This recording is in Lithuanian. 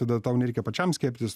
tada tau nereikia pačiam skiepytis